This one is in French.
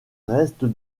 reste